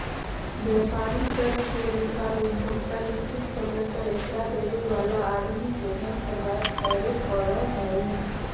व्यापारी शर्त के अनुसार उपभोक्ता निश्चित समय पर एकरा देवे वाला आदमी के धन प्रदान करे पड़ऽ हई